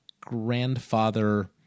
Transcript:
grandfather